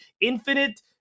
infinite